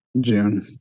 June